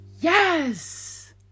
yes